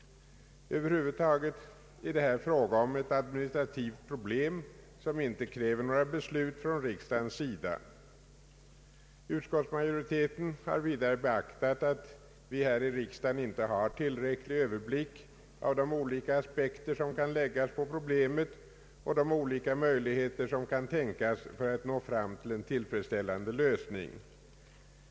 Över huvud taget är det här fråga om ett administrativt problem, som inte kräver några beslut av riksdagen. Utskottsmajoriteten har vidare beaktat att vi här i riksdagen inte har tillräcklig överblick över de olika aspekter som kan läggas på problemet och de olika möjligheter som kan tänkas för att nå fram till en tillfredsställande lösning.